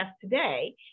today